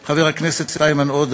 תודה לחברת הכנסת עאידה תומא סלימאן.